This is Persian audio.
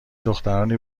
دخترانی